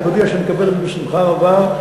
אתה לא היית בישיבה.